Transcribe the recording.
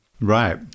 Right